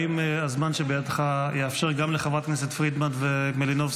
האם הזמן שבידך יאפשר גם לחברות הכנסת פרידמן ומלינובסקי?